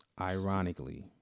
Ironically